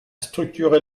structuré